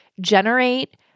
generate